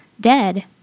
dead